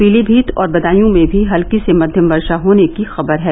पीलीभीत और बदायूं में भी हल्की से मध्यम वर्शा होने की खबर है